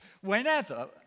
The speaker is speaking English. whenever